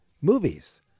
movies